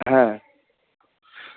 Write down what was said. হ্যাঁ